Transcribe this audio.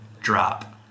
drop